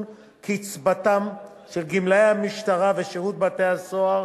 קצבתם של גמלאי המשטרה ושירות בתי-הסוהר,